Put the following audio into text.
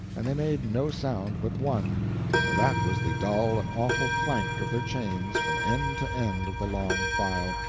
and they made no sound but one that was the dull and awful clank of their chains from end to end of the long file,